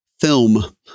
film